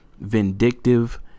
vindictive